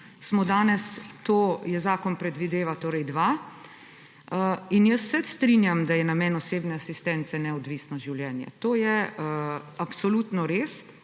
danes zakon predvideva dva. In jaz se strinjam, da je namen osebne asistence neodvisno življenje, to je absolutno res,